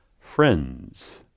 friends